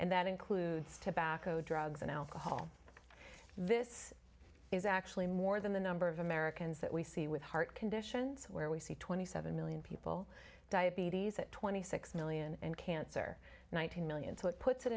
and that includes tobacco drugs and alcohol this is actually more than the number of americans that we see with heart conditions where we see twenty seven million people diabetes at twenty six million in cancer one thousand million so it puts it